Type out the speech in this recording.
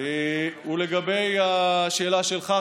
לגבי השאלה שלך,